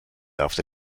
after